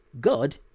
God